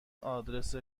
آدرس